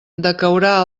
decaurà